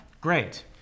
Great